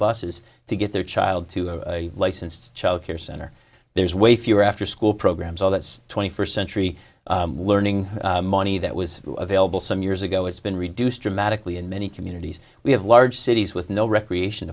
buses to get their child to a licensed child care center there's way fewer afterschool programs all that's twenty first century learning money that was available some years ago it's been reduced dramatically in many communities we have large cities with no recreation